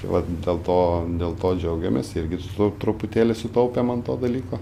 tai vat dėl to dėl to džiaugiamės irgi su truputėlį sutaupėm ant to dalyko